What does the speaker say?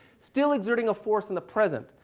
still exerting a force in the present.